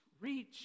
reach